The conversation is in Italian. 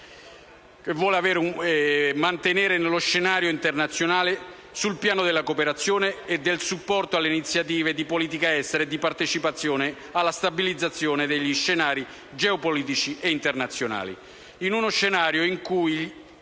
e vuole mantenere nello scenario internazionale, sui piano della cooperazione e del supporto alle iniziative di politica estera e di partecipazione alla stabilizzazione degli scenari geopolitici e internazionali,